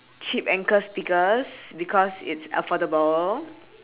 chips anchors speaker because it's affordable